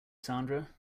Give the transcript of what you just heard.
sandra